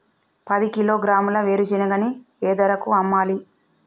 పది కిలోగ్రాముల వేరుశనగని ఏ ధరకు అమ్మాలి?